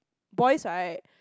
boys right